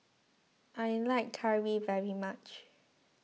I like Curry very much